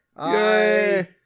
Yay